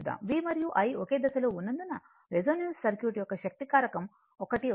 V మరియు I ఒకే దశలో ఉన్నందున రెసోనెన్స్ సర్క్యూట్ యొక్క శక్తి కారకం 1 అవుతుంది